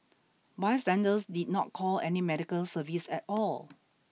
bystanders did not call any medical service at all